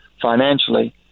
financially